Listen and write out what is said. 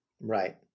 Right